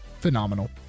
Phenomenal